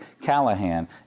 Callahan